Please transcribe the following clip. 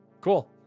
cool